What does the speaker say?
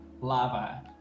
lava